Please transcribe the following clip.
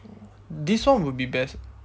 this one would be best